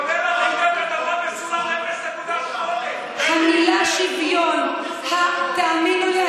כולל רעידת האדמה בסולם 0.8. המילה "שוויון" תאמינו לי,